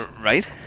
right